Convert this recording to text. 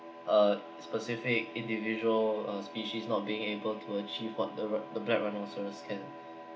a specific individual uh species not being able to achieve what the rhi~ the black rhinoceros can